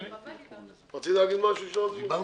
מי בעד הסעיף?